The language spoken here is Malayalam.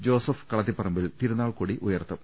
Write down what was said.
ജോസഫ് കളത്തിപ്പറമ്പിൽ തിരുനാൾക്കൊടി ഉയർത്തും